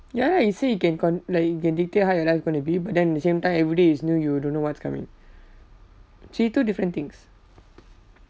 ya lah you say you can con~ like you can dictate how your life going to be but then at the same time every day is new you don't know what's coming actually two different things